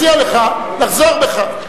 אני מציע לך לחזור בך.